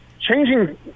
changing